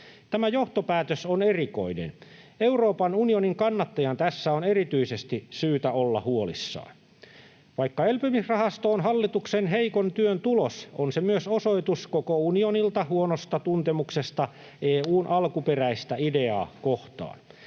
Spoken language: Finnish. Tämä johtopäätös on erikoinen. Euroopan unionin kannattajan tässä on erityisesti syytä olla huolissaan. Vaikka elpymisrahasto on hallituksen heikon työn tulos, on se myös osoitus koko unionilta huonosta tuntemuksesta EU:n alkuperäistä ideaa kohtaan.